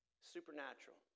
supernatural